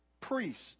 priest